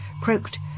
croaked